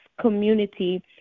community